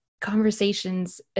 conversations